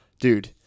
Dude